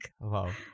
Wow